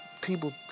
people